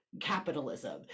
capitalism